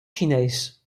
chinees